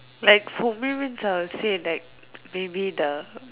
like for me means I would say like maybe the